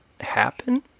happen